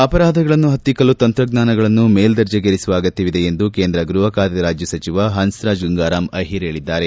ಅಪರಾಧಗಳನ್ನು ಹತ್ತಿಕ್ಕಲು ತಂತ್ರಜ್ಞಾನಗಳನ್ನು ಮೇಲ್ವರ್ಣಿಗೇರಿಸುವ ಅಗತ್ಯವಿದೆ ಎಂದು ಕೇಂದ್ರ ಗೃಹ ಖಾತೆ ರಾಜ್ಯ ಸಚಿವ ಹನ್ನರಾಜ್ ಗಂಗಾರಾಮ್ ಅಹಿರ್ ಹೇಳದ್ದಾರೆ